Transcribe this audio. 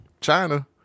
China